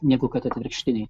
negu kad atvirkštiniai